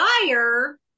desire